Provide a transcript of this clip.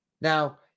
Now